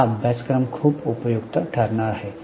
हा अभ्यासक्रम खूप उपयुक्त ठरणार आहे